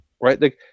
right